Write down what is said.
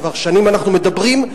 כבר שנים אנחנו מדברים,